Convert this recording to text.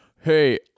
hey